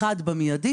במידי